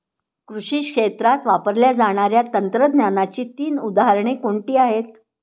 कृषी क्षेत्रात वापरल्या जाणाऱ्या तंत्रज्ञानाची तीन उदाहरणे कोणती आहेत?